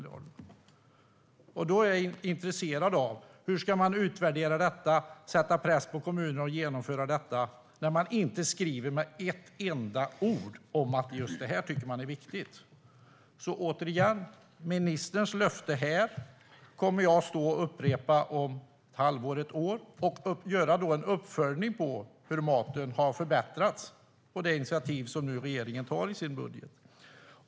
Jag är intresserad av hur man ska utvärdera detta och sätta press på kommunerna att genomföra det när man inte skriver med ett enda ord att man tycker att just det här är viktigt. Återigen: Jag kommer att stå här och upprepa ministerns löfte om ett halvår eller ett år och göra en uppföljning av hur maten har förbättrats av det initiativ som regeringen nu tar i sin budget.